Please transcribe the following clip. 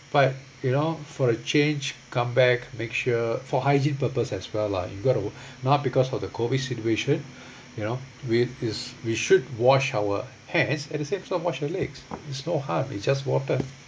but you know for a change come back make sure for hygiene purpose as well lah you got not because of the COVID situation you know with is we should wash our hands at the same time wash your legs there's no harm it just water